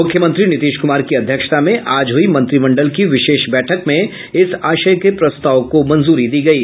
मुख्यमंत्री नीतीश कुमार की अध्यक्षता में आज हुई मंत्रिमंडल की विशेष बैठक में इस आशय के प्रस्ताव को मंजूरी दी गयी